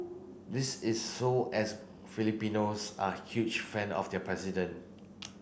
this is so as Filipinos are huge fan of their president